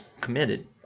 committed